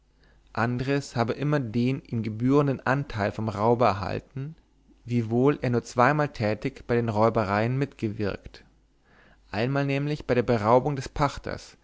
andres habe immer den ihm gebührenden anteil vom raube erhalten wiewohl er nur zweimal tätig bei den räubereien mitgewirkt einmal nämlich bei der beraubung des pachters